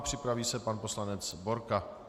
Připraví se pan poslanec Borka.